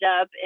up